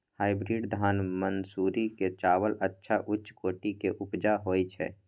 Hybrid धान मानसुरी के चावल अच्छा उच्च कोटि के उपजा होय छै?